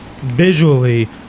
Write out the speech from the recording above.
visually